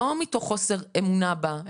לא מתוך חוסר אמונה בה,